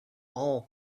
all